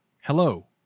Hello